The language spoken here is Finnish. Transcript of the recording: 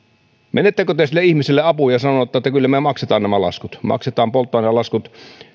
menettekö te sille ihmiselle apuun ja sanotte että kyllä me maksamme nämä laskut maksetaan polttoainelaskut